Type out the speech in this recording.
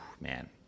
man